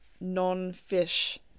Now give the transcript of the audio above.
non-fish